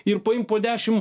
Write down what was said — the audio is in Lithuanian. ir paimt po dešim